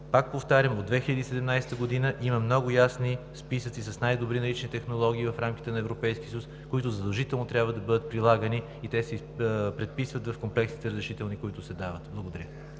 Пак повтарям, от 2017 г. има много ясни списъци с най-добри налични технологии в рамките на Европейския съюз, които задължително трябва да бъдат прилагани, и те се предписват в комплексните разрешителни, които се дават. Благодаря.